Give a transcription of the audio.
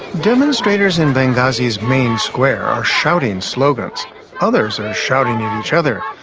demonstrators in benghazi's main square are shouting slogans others are shouting at each other.